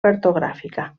cartogràfica